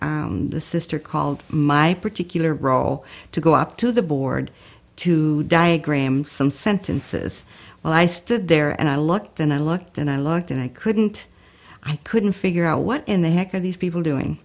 back the sister called my particular role to go up to the board to diagram some sentences well i stood there and i looked and i looked and i looked and i couldn't i couldn't figure out what in the heck are these people doing